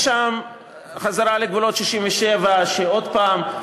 תהיה שם חזרה לגבולות 67'. עוד פעם,